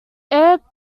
air